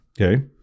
okay